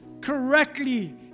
correctly